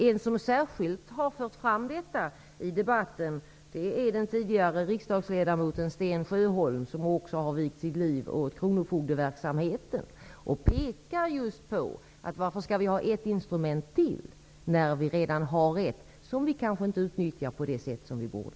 En person som särskilt har fört fram detta i debatten är den före detta riksdagsledamoten Sten Sjöholm, som har vigt sitt liv åt kronofogdeverksamheten. Han undrar varför vi skall ha ett instrument till när vi redan har ett som vi kanske inte utnyttjar på det sätt som vi borde.